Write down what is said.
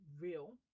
real